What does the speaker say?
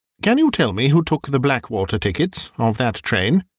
can you tell me who took the blackwater tickets of that train?